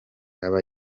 aba